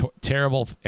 terrible